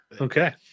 Okay